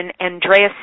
Andreas